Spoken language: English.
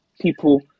people